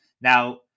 now